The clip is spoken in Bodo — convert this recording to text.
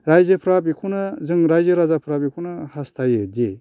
रायजोफोरा बेखौनो जों रायजो राजाफोरा बेखौनो हास्थायो दि